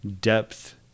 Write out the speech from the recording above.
depth